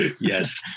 Yes